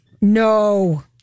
No